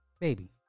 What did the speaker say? baby